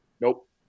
nope